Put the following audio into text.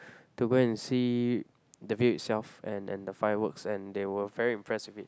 to go and see the view itself and and the fireworks and they were very impress with it